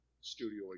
studio